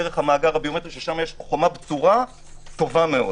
דרך המאגר הביומטרי ששם יש חומה בצורה טובה מאוד.